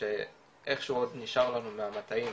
שאיך שהוא עוד נשאר לנו מהמטעים,